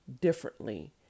differently